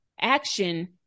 action